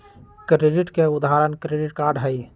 credit के उदाहरण credit card हई